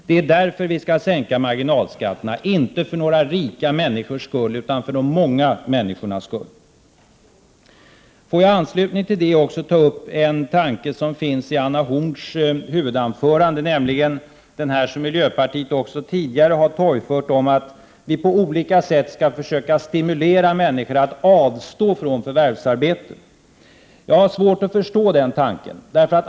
Det är därför vi skall sänka marginalskatterna, inte för några rika människors skull utan för de många människornas skull. Får jag i anslutning till detta också ta upp en tanke som finns i Anna Horn af Rantziens huvudanförande, nämligen den tanke som miljöpartiet också tidigare har torgfört om att vi på olika sätt skall försöka stimulera människor att avstå från förvärvsarbete. Jag har svårt att förstå den tanken.